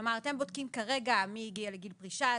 כלומר אתם בודקים כרגע מי הגיע לגיל פרישה,